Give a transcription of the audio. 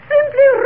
Simply